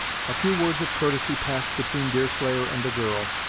a few words of courtesy passed between deerslayer and the girl,